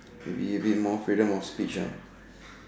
could be a bit more freedom of speech lah